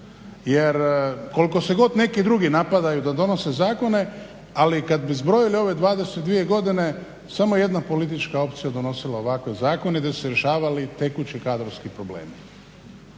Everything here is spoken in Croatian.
Jer koliko se god neki drugi napadaju da donose zakone, ali kad bi zbrojili ove 22 godine samo jedna politička opcija je donosila ovakve zakone gdje su se rješavali tekući kadrovski problemi.